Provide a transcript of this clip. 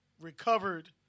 recovered